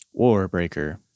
Warbreaker